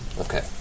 Okay